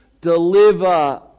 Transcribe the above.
Deliver